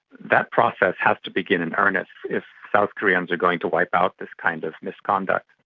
that process has to begin in earnest if south koreans are going to wipe out this kind of misconduct.